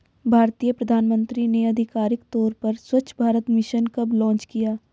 भारतीय प्रधानमंत्री ने आधिकारिक तौर पर स्वच्छ भारत मिशन कब लॉन्च किया?